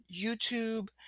YouTube